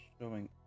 showing